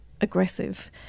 aggressive